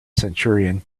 centurion